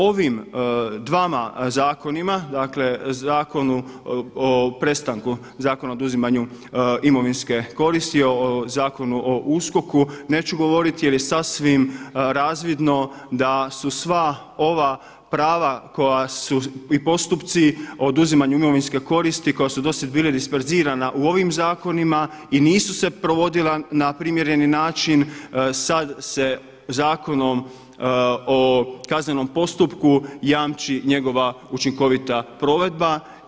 Ovim dvama zakonima dakle o prestanku Zakona o oduzimanju imovinske koristi, o Zakonu o USKOK-u neću govoriti jer je sasvim razvidno da su sva ova prava i postupci o oduzimanju imovinske koristi, koji su do sada bili disperzirana u ovim zakonima i nisu se provodila na primjereni način sada se Zakonom o kaznenom postupku jamči njegova učinkovita provedba.